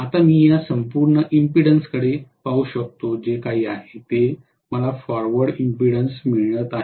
आता मी या संपूर्ण एम्पीडन्स कडे पाहू शकतो जे काही आहे ते मला फॉरवर्ड एम्पीडन्स मिळत आहे